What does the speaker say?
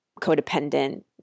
codependent